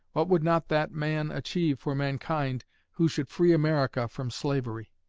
what would not that man achieve for mankind who should free america from slavery?